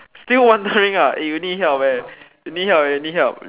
still wondering ah eh you need help eh you need help you need help